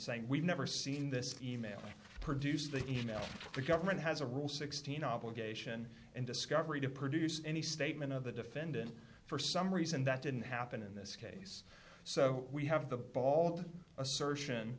saying we've never seen this email or produced the e mails the government has a rule sixteen obligation and discovery to produce any statement of the defendant for some reason that didn't happen in this case so we have the bald assertion